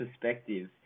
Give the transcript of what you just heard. perspective